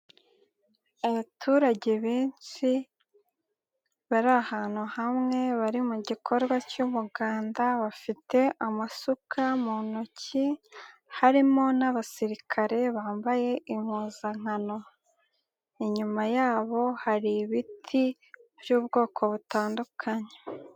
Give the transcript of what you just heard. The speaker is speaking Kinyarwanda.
Abaturage benshi bari ahantu hamwe bari mu gikorwa cy'umuganda bafite amasuka mu ntoki harimo n'abasirikare bambaye impuzankano, inyuma yabo hari ibiti by'ubwoko butandukanye.